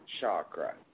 chakra